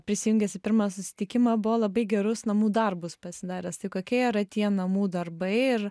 prisijungęs į pirmą susitikimą buvo labai gerus namų darbus pasidaręs tai kokie yra tie namų darbai ir